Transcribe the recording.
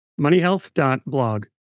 Moneyhealth.blog